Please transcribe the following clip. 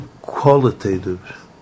qualitative